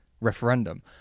referendum